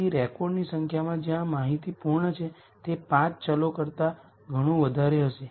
તેથી રેકોર્ડની સંખ્યા જ્યાં માહિતી પૂર્ણ છે તે 5 વેરીએબલ્સ કરતાં ઘણું વધારે હશે